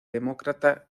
demócrata